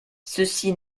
ceci